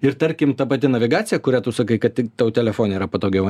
ir tarkim ta pati navigacija kurią tu sakai kad ti tau telefone yra patogiau